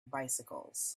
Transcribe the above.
bicycles